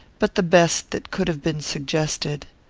but the best that could have been suggested.